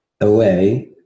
away